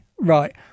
right